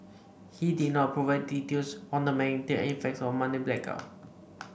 he did not provide details on the magnitude and effects of Monday blackout